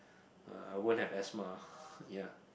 uh I won't have asthma ya